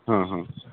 अ अ